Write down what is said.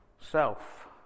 self